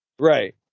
Right